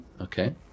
Okay